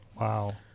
Wow